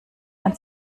kann